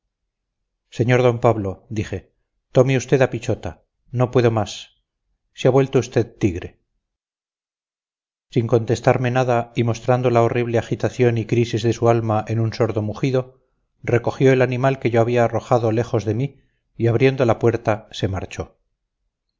sr d pablo dije tome usted a pichota no puedo más se ha vuelto usted tigre sin contestarme nada y mostrando la horrible agitación y crisis de su alma en un sordo mugido recogió el animal que yo había arrojado lejos de mí y abriendo la puerta se marchó